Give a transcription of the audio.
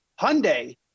Hyundai